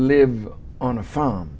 live on a farm